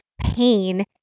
pain